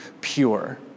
pure